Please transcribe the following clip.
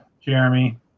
Jeremy